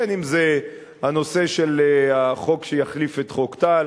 בין שזה בנושא החוק שיחליף את חוק טל,